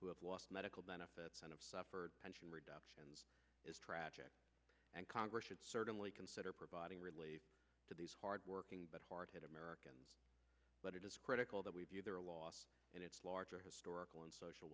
who have lost medical benefits and have suffered pension reductions is tragic and congress should certainly consider providing relief to these hard working but hard hit americans but it is critical that we view their loss in its larger historical and social